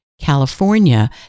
California